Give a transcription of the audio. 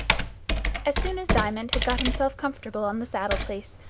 as soon as diamond had got himself comfortable on the saddle place,